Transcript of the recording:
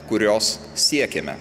kurios siekėme